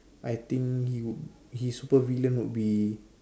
I think you his supervillain would be